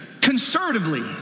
conservatively